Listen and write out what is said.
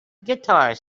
guitar